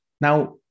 Now